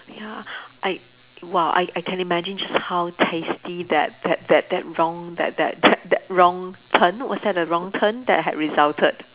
ya I !wow! I I can imagine just how tasty that that that that wrong that that that that wrong turn what's that the wrong turn that had resulted